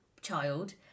child